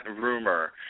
rumor